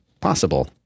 possible